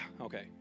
okay